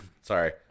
Sorry